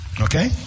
Okay